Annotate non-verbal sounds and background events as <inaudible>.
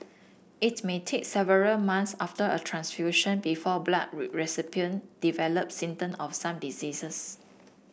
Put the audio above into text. it may take several months after a transfusion before blood <unintelligible> recipient develop symptom of some diseases